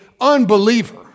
unbeliever